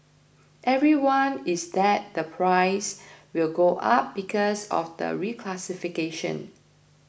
everyone is that the prices will go up because of the reclassification